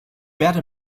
werde